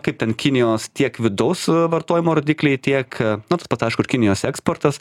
kaip ten kinijos tiek vidaus vartojimo rodikliai tiek nu tas tas aišku ir kinijos eksportas